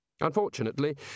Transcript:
Unfortunately